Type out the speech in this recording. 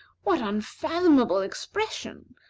what unfathomable expression!